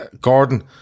Gordon